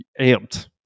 amped